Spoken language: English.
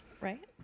Right